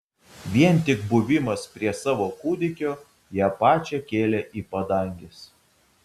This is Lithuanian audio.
vien tik buvimas prie savo kūdikio ją pačią kėlė į padanges